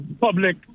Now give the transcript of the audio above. public